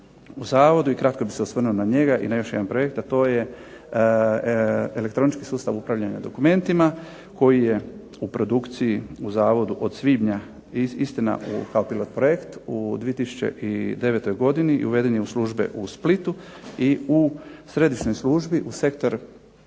u Zavodu i kratko bih se osvrnuo na njega i na još jedan projekt, a to je elektronički sustav upravljanja dokumentima koji je u produkciji u Zavodu od svibnja, istina kao pilot projekt u 2009. godini i uveden je u službe u Splitu i u Središnjoj službi Sektor